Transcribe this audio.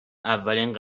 اولین